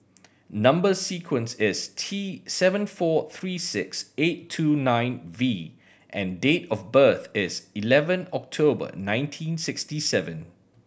number sequence is T seven four three six eight two nine V and date of birth is eleven October nineteen sixty seven